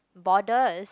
borders